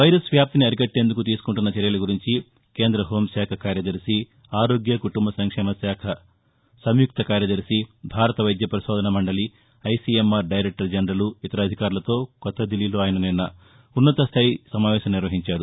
virus వ్యాప్తిని అరికట్లేందుకు తీసుకుంటున్న చర్యల గురించి కేంద్ర హోం శాఖ కార్యదర్శి ఆరోగ్య కుటుంబ సంక్షేమ మంతిత్వ శాఖ సంయుక్త కార్యదర్శి భారత వైద్య పరిశోధనా మండలి ఐసిఎమ్ఆర్ డైరెక్టర్ జనరల్ ఇతర అధికారులతో కొత్త ధిల్లీలో ఆయన నిన్న ఉన్నత స్థాయీ సమావేశం నిర్వహించారు